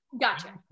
Gotcha